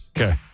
Okay